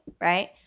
right